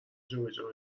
جابجا